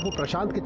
prashant.